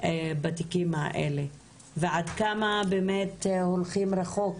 בתיקים האלה ועד כמה הולכים רחוק